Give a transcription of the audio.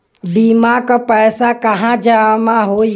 बीमा क पैसा कहाँ जमा होई?